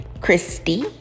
Christy